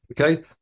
Okay